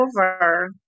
over